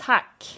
Tack